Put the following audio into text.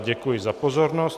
Děkuji za pozornost.